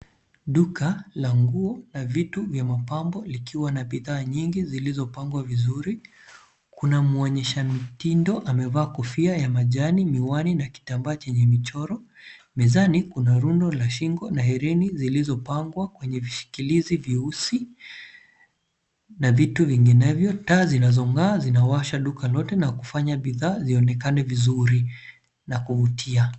Duka la nguo na vitu vya mapambo likiwa na bidhaa nyingi zilizopangwa vizuri, kuna muonyesha mitindo amevaa kofia ya majani, miwani na kitamba chenye michoro, mezani kuna rundo la shingo na herini zilizo pangwa vishikilizi vyeusi na vitu vinginevyo, taa zinazo ng'aa zinawasha duka lote na kufanya bidhaa zionekane vizuri na kuvutia